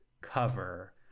cover